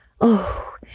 Oh